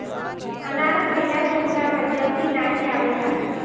अनार खइला से बुढ़ापा जल्दी नाही आवेला